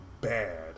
bad